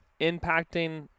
impacting